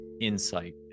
insight